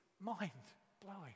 mind-blowing